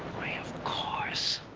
why, of course.